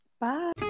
Bye